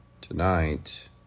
tonight